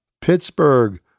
Pittsburgh